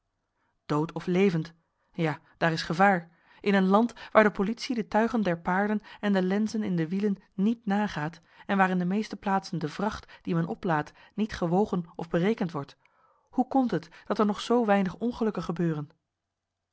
dood of levend ja daar is gevaar in een land waar de politie de tuigen der paarden en de lenzen in de wielen niet nagaat en waar in de meeste plaatsen de vracht die men oplaadt niet gewogen of berekend wordt hoe komt het dat er nog zoo weinig ongelukken gebeuren